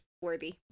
worthy